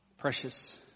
Precious